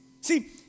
See